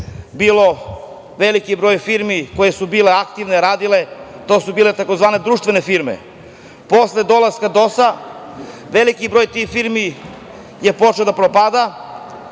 bio veliki broj firmi koje su bile aktivne, radile, tzv. društvene firme. Posle dolaska DOS-a, veliki broj tih firmi je počeo da propada,